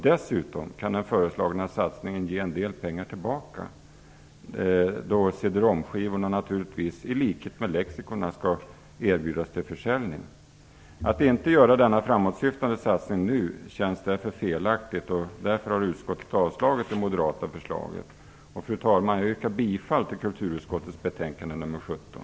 Dessutom kan den föreslagna satsningen ge en del pengar tillbaka då CD ROM-skivorna naturligtvis i likhet med lexikonen skall erbjudas till försäljning. Att inte göra denna framåtsyftande satsning nu känns därför felaktigt. Därför har utskottet avstyrkt det moderata förslaget. Fru talman! Jag yrkar bifall till hemställan i kulturutskottets betänkande nr 17.